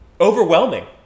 overwhelming